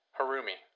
Harumi